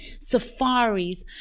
safaris